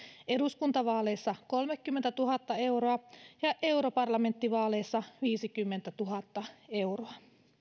eduskuntavaaleissa kolmekymmentätuhatta euroa ja ja europarlamenttivaaleissa viisikymmentätuhatta euroa